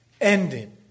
Ending